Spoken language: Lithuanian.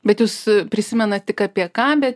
bet jūs prisimenat tik apie ką bet